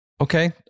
Okay